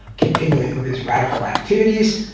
continuing with his radical activities,